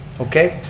okay,